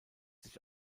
sich